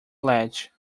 ledge